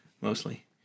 mostly